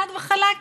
חד וחלק,